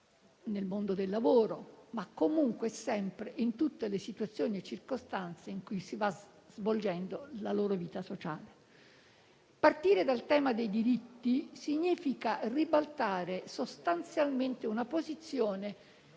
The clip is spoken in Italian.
nel mondo del lavoro, e sempre, in tutte le situazioni e circostanze in cui si va svolgendo la loro vita sociale. Partire dal tema dei diritti significa ribaltare sostanzialmente una posizione